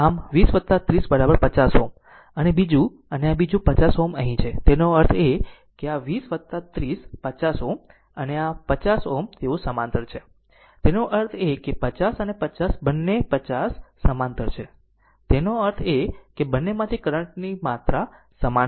આમ 20 30 50 Ω અને બીજું અને આ બીજું 50 Ω અહીં છે તેનો અર્થ એ કે આ 20 30 50 Ω અને આ 50 Ω તેઓ સમાંતર છે તેનો અર્થ એ કે 50 અને 50 બંને 50 સમાંતર છે એનો અર્થ એ છે કે બંનેમાંથી કરંટ ની સમાન માત્રા વહેશે